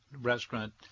restaurant